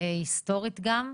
היסטורית גם.